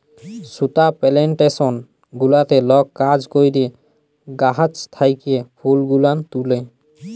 সুতা পেলেনটেসন গুলাতে লক কাজ ক্যরে গাহাচ থ্যাকে ফুল গুলান তুলে